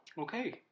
Okay